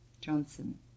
Johnson